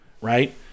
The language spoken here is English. right